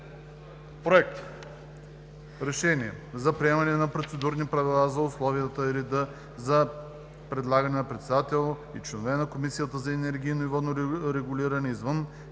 Проект! РЕШЕНИЕ за приемане на Процедурни правила за условията и реда за предлагане на председател и членове на Комисията за енергийно и водно регулиране, извън